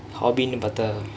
hobby பாத்தா:paathaa